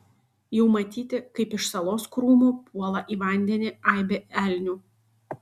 jau matyti kaip iš salos krūmų puola į vandenį aibė elnių